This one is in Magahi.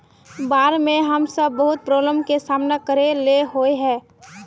बाढ में हम सब बहुत प्रॉब्लम के सामना करे ले होय है?